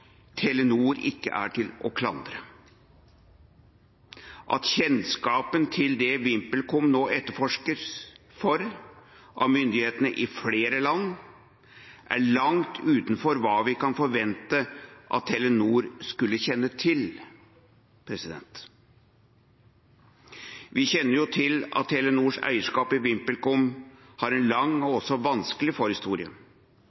Telenor ikke er å klandre, at kjennskapen til det VimpelCom nå etterforskes for av myndighetene i flere land, er langt utenfor hva vi kan forvente at Telenor skulle kjenne til. Vi kjenner til at Telenors eierskap i VimpelCom har en lang og også vanskelig forhistorie